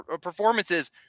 performances